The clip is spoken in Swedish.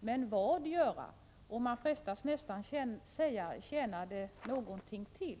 Men göra vad? — Och man frestas nästan säga: Tjänar det någonting till?